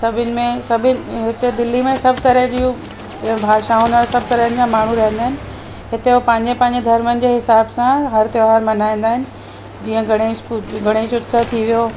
सभिनि में सभु हिते दिल्ली में सभु तरह जूं भाषाउनि में सभु तरहनि जा माण्हू रहंदा आहिनि हिते हो पंहिंजे पंहिंजे धर्मनि जे हिसाब सां हर त्योहारु मल्हाईंदा आहिनि जीअं गणेश पूॼ गणेश उत्सव थी वियो